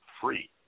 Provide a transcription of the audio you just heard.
free